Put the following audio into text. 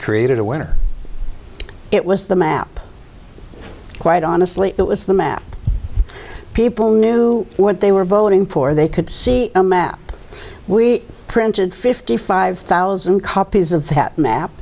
created a winner it was the map quite honestly it was the map people knew what they were voting for they could see a map we printed fifty five thousand copies of that map